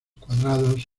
cuadrados